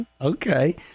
Okay